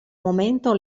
momento